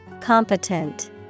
Competent